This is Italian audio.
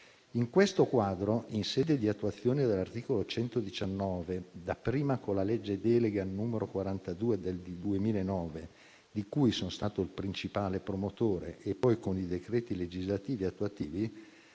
In questo quadro, in sede di attuazione dell'articolo 119, dapprima con la legge delega n. 42 del 2009, di cui sono stato il principale promotore, e poi con i decreti legislativi attuativi,